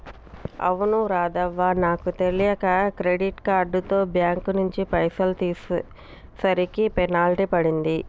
అవును రాధవ్వ నాకు తెలియక క్రెడిట్ కార్డుతో బ్యాంకు నుంచి పైసలు తీసేసరికి పెనాల్టీ పడింది